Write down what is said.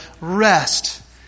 rest